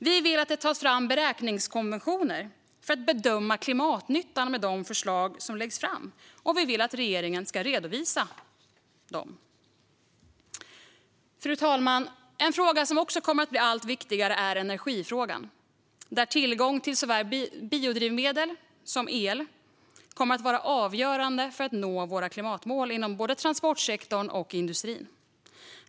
Vi vill att det tas fram beräkningskonventioner för att bedöma klimatnyttan med de förslag som läggs fram, och vi vill att regeringen ska redovisa dessa. Fru talman! En fråga som också kommer att bli allt viktigare är energifrågan, där tillgång till såväl biodrivmedel som el kommer att vara avgörande för att vi ska kunna nå våra klimatmål inom transportsektorn och industrin.